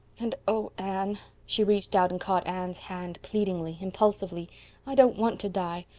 and, oh, anne she reached out and caught anne's hand pleadingly, impulsively i don't want to die.